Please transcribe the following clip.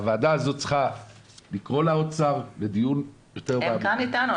והוועדה הזאת צריכה לקרוא לאוצר לדיון --- הם כאן איתנו.